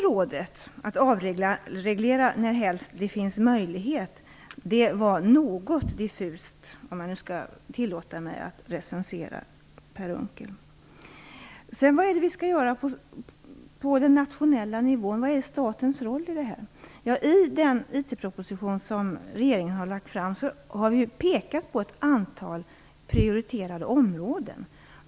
Rådet att avreglera närhelst det finns möjlighet till det var något diffust, om jag skall tillåta mig att recensera Per Unckel. Vad skall vi göra på den nationella nivån? Vilken är statens roll i detta sammanhang? I den IT proposition som regeringen har lagt fram har vi pekat på ett antal prioriterade områden.